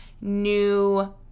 new